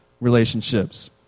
relationships